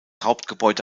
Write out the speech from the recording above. hauptgebäude